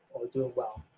doing well.